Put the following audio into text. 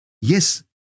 Yes